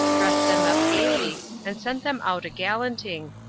dressed them up gaily, and sent them out a gallanting,